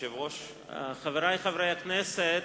חברי חברי הכנסת,